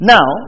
Now